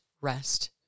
rest